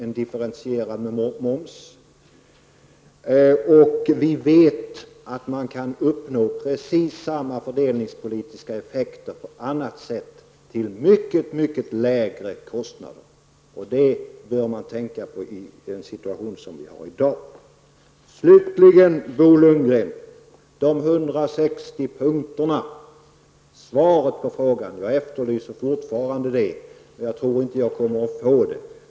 Vi vet att man kan uppnå precis samma fördelningspolitiska effekter på annat sätt till mycket lägre kostnader. Det bör man tänka på i dagens situation. När det gäller Bo Lundgren och de 160 punkterna efterlyser jag fortfarande svaret på min fråga, men jag tror inte att jag kommer att få något.